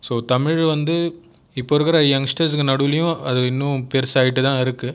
so Tamil வந்து இப்போ இருக்கற யங்ஸ்டர்ஸ்ஸுக்கு நடுவுலேயும் அது இன்னும் பெருசாகிட்டு தான் இருக்குது